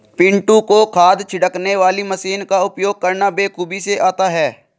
पिंटू को खाद छिड़कने वाली मशीन का उपयोग करना बेखूबी से आता है